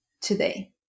today